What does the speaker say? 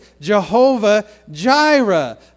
Jehovah-Jireh